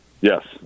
Yes